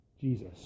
Jesus